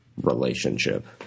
relationship